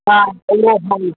हा हलो हा